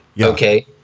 Okay